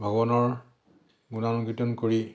ভগৱানৰ গুণানুকীৰ্তন কৰি